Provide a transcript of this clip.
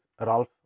ralph